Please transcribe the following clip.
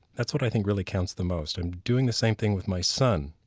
that's what i think really counts the most. i'm doing the same thing with my son.